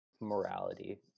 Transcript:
morality